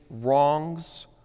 wrongs